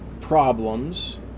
problems